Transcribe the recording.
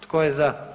Tko je za?